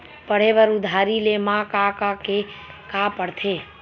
पढ़े बर उधारी ले मा का का के का पढ़ते?